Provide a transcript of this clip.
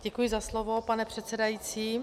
Děkuji za slovo, pane předsedající.